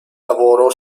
lavoro